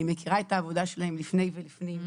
אני מכירה את העבודה שלהם לפני ולפנים.